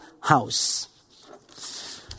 house